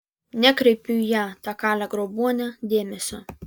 nekreipiu į ją tą kalę grobuonę dėmesio